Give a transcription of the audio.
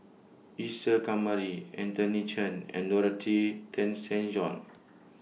Isa Kamari Anthony Chen and Dorothy Tessen John